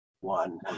One